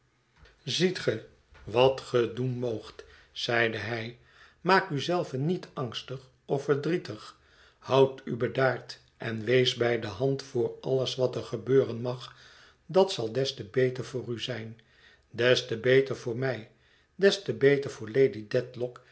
ziet ge wat ge doen moogt zeide hij maak u zelve niet angstig of verdrietig houd u bedaard en wees bij de hand voor alles wat er gebeuren mag dat zal des te beter voor u zijn des te beter voor mij des te beter voor